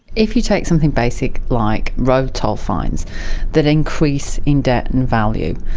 if you take something basic like road toll fines that increase in debt and value,